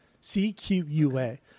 C-Q-U-A